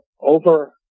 over